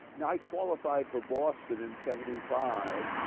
now, i qualified for boston in seventy five.